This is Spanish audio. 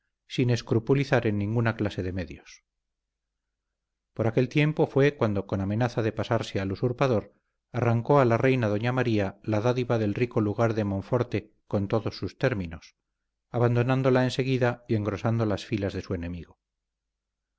sin escrupulizar en ninguna clase de medios por aquel tiempo fue cuando con amenaza de pasarse al usurpador arrancó a la reina doña maría la dádiva del rico lugar de monforte con todos sus términos abandonándola enseguida y engrosando las filas de su enemigo